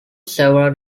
several